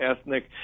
ethnic